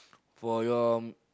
for your